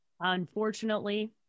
Unfortunately